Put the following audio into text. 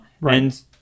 right